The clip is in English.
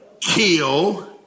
kill